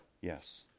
Yes